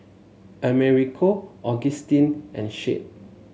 Americo Augustin and Shade